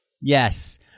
yes